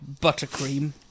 buttercream